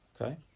okay